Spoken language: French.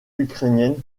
ukrainienne